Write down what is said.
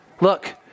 look